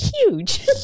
huge